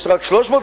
יש רק 350,000,